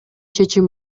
чечим